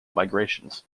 migrations